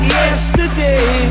yesterday